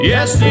Yes